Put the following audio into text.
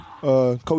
Coach